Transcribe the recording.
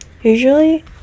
usually